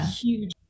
huge